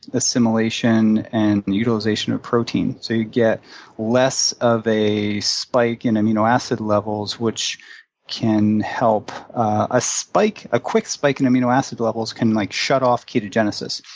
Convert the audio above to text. assimilation and utilization of protein. so you get less of a spike in amino acid levels, which can help ah a ah quick spike in amino acid levels can like shut off ketogenesis.